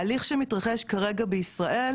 ההליך שמתרחש כרגע בישראל,